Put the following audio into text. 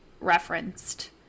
referenced